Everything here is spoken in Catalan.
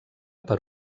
per